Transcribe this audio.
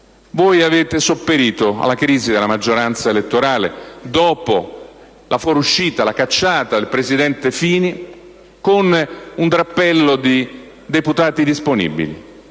avete sopperito alla crisi della maggioranza elettorale dopo la fuoriuscita, la cacciata del presidente Fini, con un drappello di deputati disponibili,